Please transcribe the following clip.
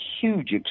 huge